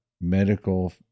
medical